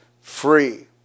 free